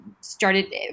started